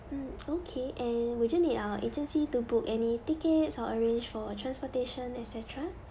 mm okay and would you need our agency to book any tickets or arrange for a transportation etcetera